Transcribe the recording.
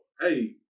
hey